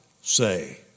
say